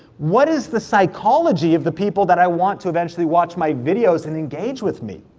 what is the psychology of the people that i want to eventually watch my videos and engage with me?